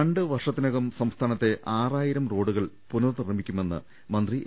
രണ്ടു വർഷത്തിനകം സംസ്ഥാനത്തെ ആറായിരം റോഡുകൾ പുനർനിർമിക്കുമെന്ന് മന്ത്രി എ